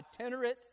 itinerant